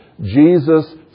Jesus